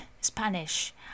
Spanish